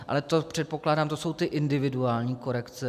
Ale předpokládám, že to jsou ty individuální korekce.